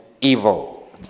evil